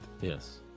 yes